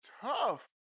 tough